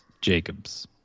Jacobs